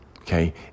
okay